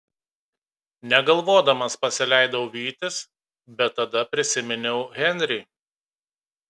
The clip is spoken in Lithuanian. negalvodamas pasileidau vytis bet tada prisiminiau henrį